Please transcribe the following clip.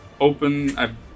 open